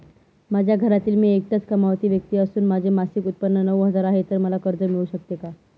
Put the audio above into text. माझ्या घरातील मी एकटाच कमावती व्यक्ती असून माझे मासिक उत्त्पन्न नऊ हजार आहे, तर मला कर्ज मिळू शकते का?